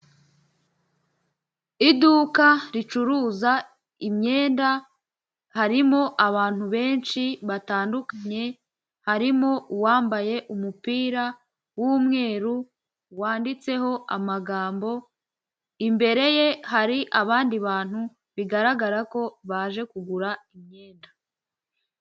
Iduka ricuruza imyenda, harimo abantu benshi batandukanye, harimo uwambaye umupira w'umweru wanditseho amagambo, imbere ye hari abandi bantu bigaragara ko baje kugura imyenda.